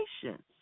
patience